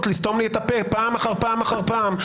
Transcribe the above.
לסתום לי את הפה פעם אחר פעם אחר פעם.